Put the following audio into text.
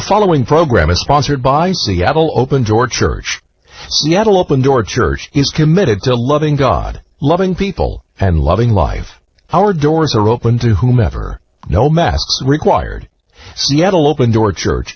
following program is sponsored by seattle open door church yet open door church is committed to loving god loving people and loving life our doors are open to whomever no mass required seattle open door church